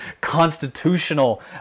constitutional